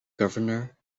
governor